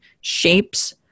shapes